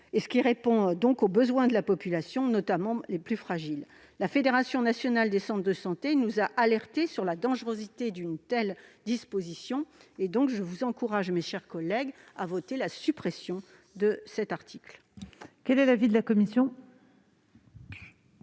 ce qui répond aux besoins de la population, notamment des plus fragiles. La Fédération nationale des centres de santé nous a alertés sur la dangerosité d'une telle disposition : je vous encourage, mes chers collègues, à voter la suppression de cet article. Quel est l'avis de la commission ?